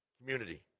Community